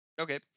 okay